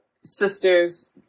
sisters